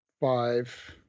five